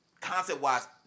concept-wise